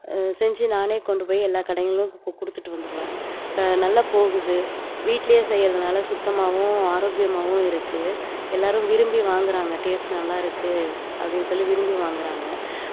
செஞ்சு நானே கொண்டு போய் எல்லா கடைகள்லேயும் கு கொடுத்துட்டு வந்துடுவேன் நல்ல போகுது வீட்லேயே செய்யுறதுனால் சுத்தமாகவும் ஆரோக்கியமாகவும் இருக்குது எல்லாரும் விரும்பி வாங்குறாங்க டேஸ்ட் நல்லா இருக்குது அப்படின்னு சொல்லி விரும்பி வாங்குறாங்க